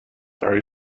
sorry